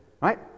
right